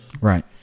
Right